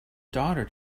daughter